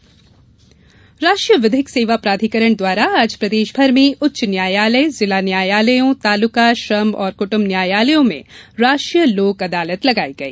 national Lok Adalat राष्ट्रीय विधिक सेवा प्राधिकरण द्वारा आज प्रदेश भर में उच्च न्यायालय जिला न्यायालयों तालुका श्रम और कुटुम्ब न्यायालयों में राष्ट्रीय लोक अदालत लगाई गई